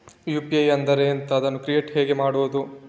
UPI ಅಂದ್ರೆ ಎಂಥ? ಅದನ್ನು ಕ್ರಿಯೇಟ್ ಹೇಗೆ ಮಾಡುವುದು?